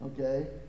okay